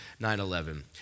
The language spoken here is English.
9-11